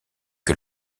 que